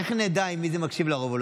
איך נדע מי זה מקשיב לרוב?